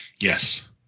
Yes